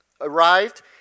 arrived